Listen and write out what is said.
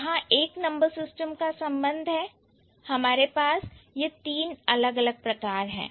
जहां तक number system का संबंध है हमारे पास यह तीन अलग अलग प्रकार है